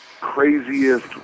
craziest